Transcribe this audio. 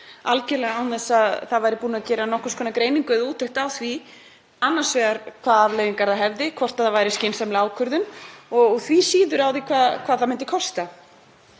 algerlega án þess að búið væri að gera nokkurs konar greiningu eða úttekt á því hvaða afleiðingar það hefði, hvort það væri skynsamleg ákvörðun og því síður á því hvað það myndi kosta.